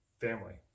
family